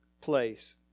place